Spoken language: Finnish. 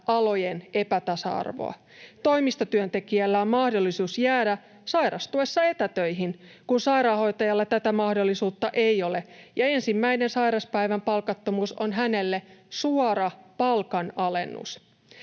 alojen epätasa-arvoa. Toimistotyöntekijällä on mahdollisuus jäädä sairastuessa etätöihin, kun sairaanhoitajalla tätä mahdollisuutta ei ole ja ensimmäisen sairauspäivän palkattomuus on hänelle suora palkanalennus.